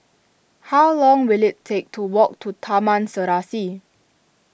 how long will it take to walk to Taman Serasi